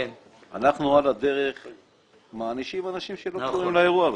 אנחנו על הדרך מענישים אנשים שלא קשורים לאירוע.